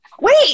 Wait